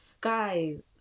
guys